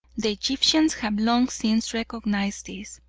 the egyptians have long since recognised this.